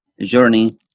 journey